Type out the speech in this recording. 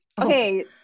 Okay